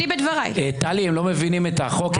טלי, הם לא מבינים את החוק.